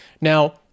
now